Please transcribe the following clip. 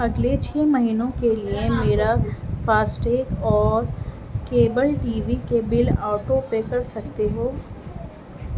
اگلے چھ مہینوں کے لیے میرا فاس ٹیگ اور کیبل ٹی وی کے بل آٹو پے کر سکتے ہو